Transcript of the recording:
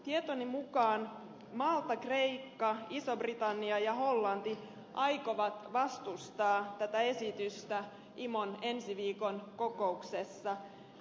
tietoni mukaan malta kreikka iso britannia ja hollanti aikovat vastustaa tätä esitystä imon ensi viikon kokouksessa